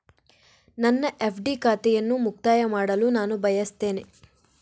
ನನ್ನ ಎಫ್.ಡಿ ಖಾತೆಯನ್ನು ಮುಕ್ತಾಯ ಮಾಡಲು ನಾನು ಬಯಸ್ತೆನೆ